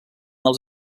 els